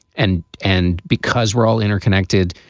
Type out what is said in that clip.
and and because we're all interconnected,